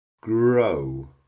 grow